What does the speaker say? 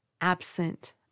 absent